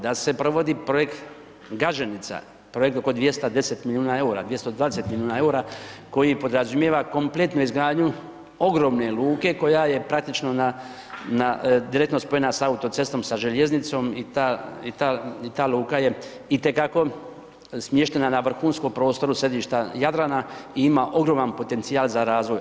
Da se provodi projekt Gaženica, projekt oko 210 milijuna EUR-a, 220 milijuna EUR-a koji podrazumijeva kompletnu izgradnju ogromne luke koja je praktično na, direktno spojena sa autocestom sa željeznicom i ta, i ta luka je i te kako smještena na vrhunskom prostoru središta Jadrana i ima ogroman potencijal za razvoj.